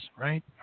Right